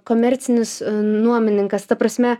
komercinis nuomininkas ta prasme